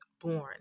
born